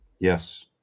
Yes